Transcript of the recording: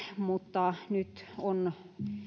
mutta nyt on